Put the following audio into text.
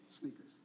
sneakers